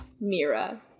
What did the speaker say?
Mira